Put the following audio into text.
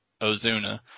Ozuna